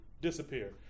disappear